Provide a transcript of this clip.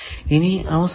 ഇനി അവസാനം